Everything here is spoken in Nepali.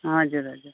हजुर हजुर